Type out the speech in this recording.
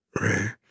right